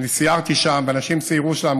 אני סיירתי שם ואנשים סיירו שם,